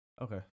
Okay